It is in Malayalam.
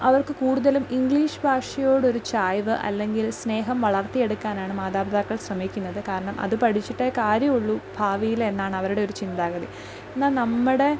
അവര്ക്ക് കൂടുതലും ഇംഗ്ലീഷ് ഭാഷയോടൊരു ചായ്വ് അല്ലെങ്കില് സ്നേഹം വളര്ത്തിയെടുക്കാനാണ് മാതാപിതാക്കള് ശ്രമിക്കുന്നത് കാരണം അത് പഠിച്ചിട്ടേ കാര്യമുള്ളൂ ഭാവിയിൽ എന്നാണ് അവരുടെ ഒരു ചിന്താഗതി എന്നാൽ നമ്മുടെ